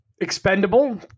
Expendable